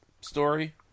story